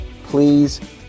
Please